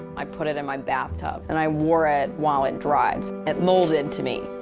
i put it in my bathtub and i wore it while it dried. it molded to me.